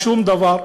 דבר.